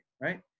Right